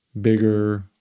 Bigger